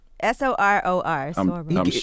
S-O-R-O-R